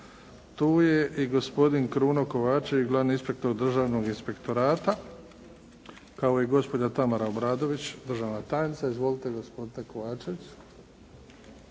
Tu je i gospodin Kruno Kovačević, glavni inspektor Državnog inspektorata kao i gospođa Tamara Obradović, državna tajnica. Izvolite gospodine Kovačević.